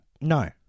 No